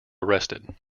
arrested